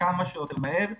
כמה שיותר מהר,